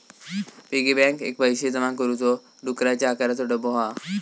piggy bank एक पैशे जमा करुचो डुकराच्या आकाराचो डब्बो हा